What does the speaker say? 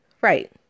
Right